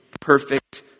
perfect